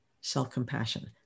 self-compassion